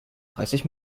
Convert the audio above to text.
dreißig